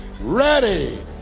ready